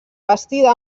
bastida